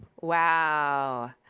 Wow